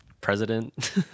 president